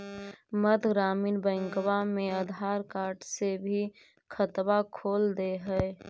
मध्य ग्रामीण बैंकवा मे आधार कार्ड से भी खतवा खोल दे है?